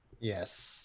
Yes